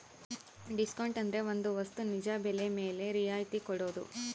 discount ಅಂದ್ರೆ ಒಂದ್ ವಸ್ತು ನಿಜ ಬೆಲೆ ಮೇಲೆ ರಿಯಾಯತಿ ಕೊಡೋದು